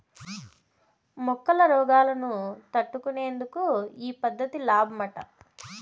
మొక్కల రోగాలను తట్టుకునేందుకు ఈ పద్ధతి లాబ్మట